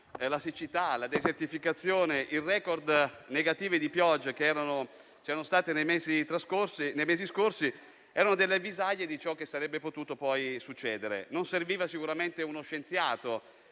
la siccità, la desertificazione, i *record* negativi di pioggia che ci sono stati nei mesi scorsi erano delle avvisaglie di ciò che sarebbe potuto succedere. Non serviva sicuramente uno scienziato